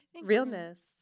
Realness